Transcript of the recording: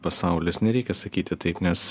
pasaulis nereikia sakyti taip nes